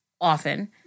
often